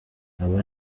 aba